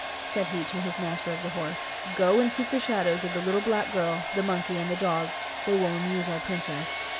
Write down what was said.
said he to his master of the horse, go and seek the shadows of the little black girl, the monkey, and the dog they will amuse our princess.